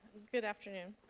good afternoon.